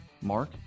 Mark